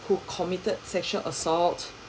who committed sexual assault